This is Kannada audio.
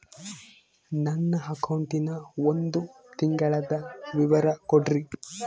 ನನ್ನ ಅಕೌಂಟಿನ ಒಂದು ತಿಂಗಳದ ವಿವರ ಕೊಡ್ರಿ?